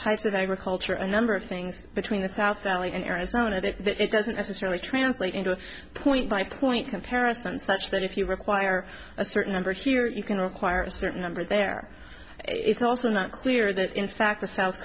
types of agriculture a number of things between the south l a and arizona that doesn't necessarily translate into a point by point comparison such that if you require a certain number here you can require a certain number there it's also not clear that in fact the south